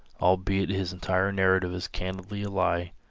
albeit his entire narrative is candidly a lie.